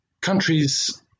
countries